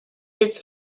its